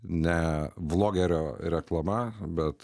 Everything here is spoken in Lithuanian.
ne vlogerio reklama bet